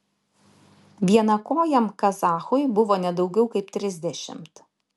vienakojam kazachui buvo ne daugiau kaip trisdešimt